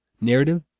Narrative